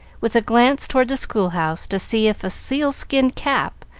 with a glance toward the schoolhouse to see if a seal-skin cap,